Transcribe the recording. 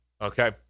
okay